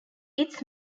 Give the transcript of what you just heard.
its